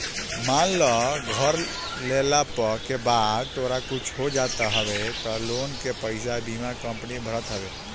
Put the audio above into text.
मान लअ घर लेहला के बाद तोहके कुछु हो जात हवे तअ लोन के पईसा बीमा कंपनी भरत हवे